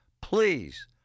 Please